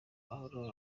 mahoro